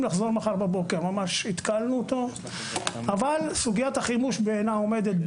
לחזור מחר בבוקר אבל סוגיית החימוש בעינה עומדת,